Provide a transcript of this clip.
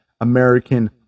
American